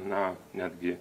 na netgi